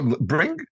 bring